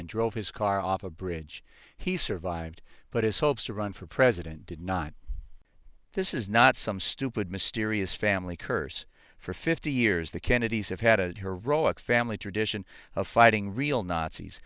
and drove his car off a bridge he survived but his hopes to run for president did not this is not some stupid mysterious family curse for fifty years the kennedys have had a heroic family tradition of fighting real nazis